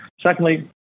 Secondly